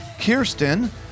Kirsten